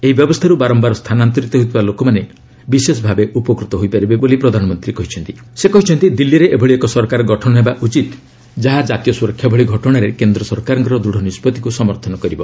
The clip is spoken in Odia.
ଏହି ବ୍ୟବସ୍ଥାରୁ ବାରମ୍ଭାର ସ୍ଥାନାନ୍ତରିତ ହେଉଥିବା ଲୋକମାନେ ବିଶେଷ ଭାବେ ଉପକୃତ ହୋଇପାରିବେ ପ୍ରଧାନମନ୍ତ୍ରୀ କହିଛନ୍ତି ସେ କହିଛନ୍ତି ଦିଲ୍ଲୀରେ ଏଭଳି ଏକ ସରକାର ଗଠନ ହେବା ଉଚିତ ଯାହା ଜାତୀୟ ସୁରକ୍ଷା ଭଳି ଘଟଣାରେ କେନ୍ଦ୍ର ସରକାରଙ୍କର ଦୃଢ଼ ନିଷ୍ପଭିକୁ ସମର୍ଥନ କରିବ